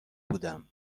بودم